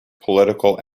political